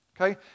Okay